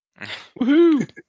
Woohoo